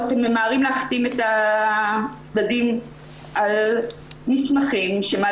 ממהרים להחתים את הצדדים על מסמכים כדי